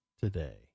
today